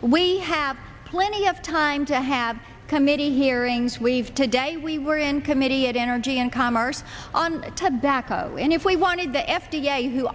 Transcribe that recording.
we have plenty of time to have committee hearings we've today we were in committee at energy and commerce on tobacco and if we wanted the f d a who